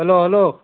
hello hello